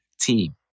team